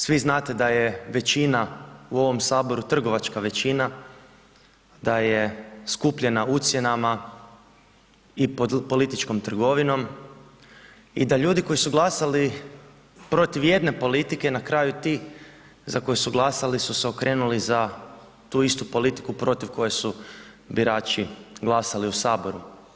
Svi znate da je većina u ovom Saboru trgovačka većina, da je skupljena ucjenama i političkom trgovinom i da ljudi koji su glasali protiv jedne politike na kraju ti za koje su glasali su se okrenuli za tu istu politiku protiv koje su birači glasali u Saboru.